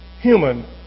human